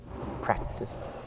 practice